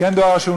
כן דואר רשום,